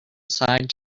side